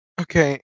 Okay